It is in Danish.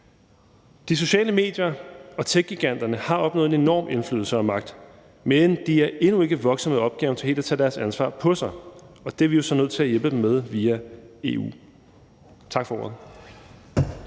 De sociale medier og techgiganterne har opnået en enorm indflydelse og magt, men de er endnu ikke vokset med opgaven i forhold til helt at tage deres ansvar på sig, og det er vi jo så nødt til at hjælpe dem med via EU. Tak for ordet.